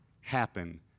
happen